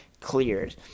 cleared